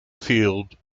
field